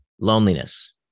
Loneliness